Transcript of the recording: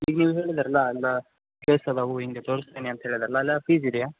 ಈಗ ನೀವು ಹೇಳಿದ್ದಿರಲ್ಲ ಅಲ್ಲಿ ಪ್ಲೇಸ್ ಎಲ್ಲವೂ ಹೀಗೆ ತೋರಿಸ್ತೀನಿ ಅಂತ ಹೇಳಿದ್ದರೆಲ್ಲ ಅಲ್ಲೆಲ್ಲ ಫೀಸ್ ಇದೆಯಾ